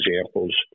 examples